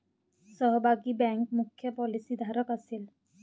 सहभागी बँक मुख्य पॉलिसीधारक असेल